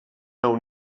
nau